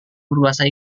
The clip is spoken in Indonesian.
berbahasa